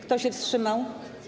Kto się wstrzymał?